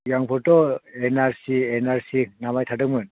आंखौथ' N R C खोनाबाय थादोंमोन